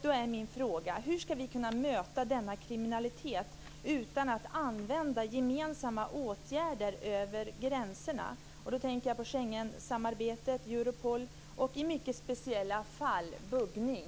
Då är min fråga: Hur ska vi kunna möta denna kriminalitet utan att använda gemensamma åtgärder över gränserna? Jag tänker på Schengensamarbetet, Europol och i mycket speciella fall buggning.